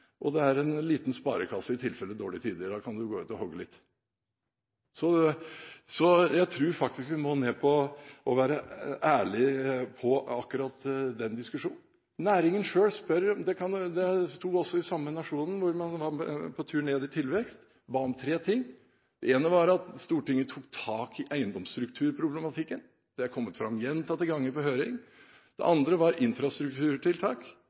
og det er en liten sparekasse i tilfelle dårlige tider – da kan man gå ut og hogge litt. Så jeg tror faktisk vi må ned på å være ærlige i akkurat den diskusjonen. Næringen selv – det sto i den samme Nationen, der det sto at man var på tur ned i tilvekst – ba om tre ting. Det ene var at Stortinget tok tak i eiendomsstrukturproblematikken – det har kommet fram gjentatte ganger på høring. Det andre var infrastrukturtiltak